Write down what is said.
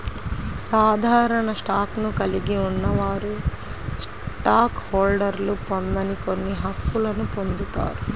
సాధారణ స్టాక్ను కలిగి ఉన్నవారు స్టాక్ హోల్డర్లు పొందని కొన్ని హక్కులను పొందుతారు